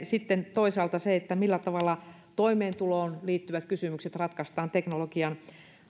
sitten toisaalta se millä tavalla toimeentuloon liittyvät kysymykset ratkaistaan teknologian